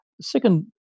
second